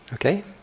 Okay